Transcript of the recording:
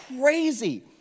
crazy